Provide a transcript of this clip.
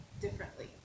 differently